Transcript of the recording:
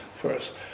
first